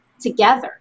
together